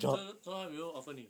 这是从哪 people offer 你